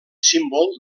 símbol